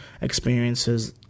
experiences